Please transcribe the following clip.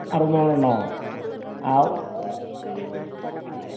അറുന്നൂറ് എണ്ണമോ ആ